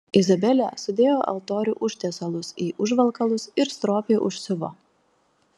izabelė sudėjo altorių užtiesalus į užvalkalus ir stropiai užsiuvo